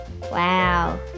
Wow